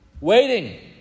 Waiting